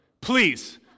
please